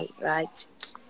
right